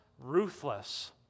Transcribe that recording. ruthless